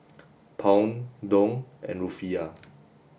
Pound Dong and Rufiyaa